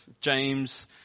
James